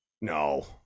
No